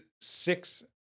six